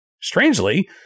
strangely